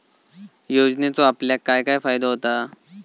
योजनेचो आपल्याक काय काय फायदो होता?